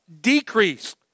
decrease